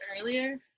earlier